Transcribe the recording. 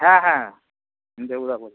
হ্যাঁ হ্যাঁ